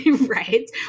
right